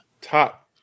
top